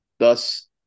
Thus